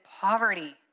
poverty